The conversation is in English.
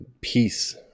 peace